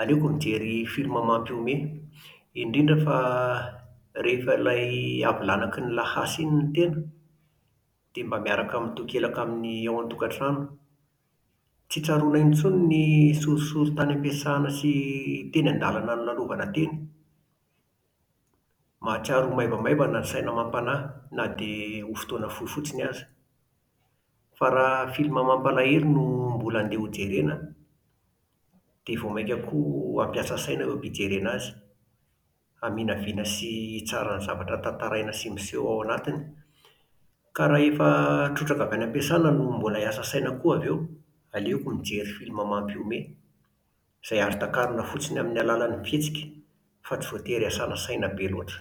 Aleoko mijery filma mampihomehy, indrindra fa rehefa ilay avy lanaky ny lahasa iny ny tena, dia mba miaraka mitokelaka amin'ny ao an-tokantrano. Tsy tsaroana intsony ny sorisory tany am-piasana sy teny an-dalana nolalovana teny. Mahatsiaro ho maivamaivana ny saina amam-panahy, na dia ho fotoana fohy fotsiny aza. Fa raha filma mampalahelo no mbola ndeha hojerena an, dia vao mainka koa hampiasa saina eo am-pijerena azy. Haminavina sy hitsara ny zavatra tantaraina sy miseho ao anatiny. Ka raha efa trotraka avy any am-piasana no mbola hiasa saina koa avy eo, aleoko mijery filma mampihomehy izay azo takarina fotsiny amin'ny alalan'ny fihetsika fa tsy voatery hiasana saina be loatra.